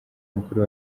mukuru